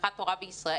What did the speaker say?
נשתכחה תורה בישראל".